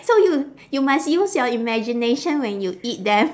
so you you must use your imagination when you eat them